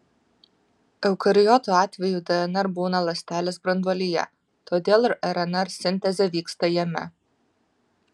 eukariotų atveju dnr būna ląstelės branduolyje todėl ir rnr sintezė vyksta jame